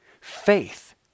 Faith